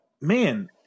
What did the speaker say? Man